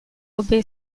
obey